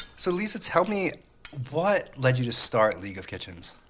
so lisa, tell me what led you to start league of kitchens?